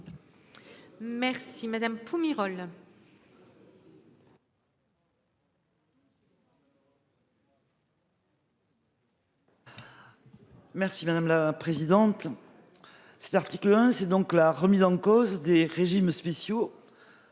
Merci madame la présidente. Cet article hein. C'est donc la remise en cause des régimes spéciaux.